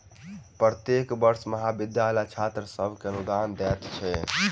प्रत्येक वर्ष महाविद्यालय छात्र सभ के अनुदान दैत अछि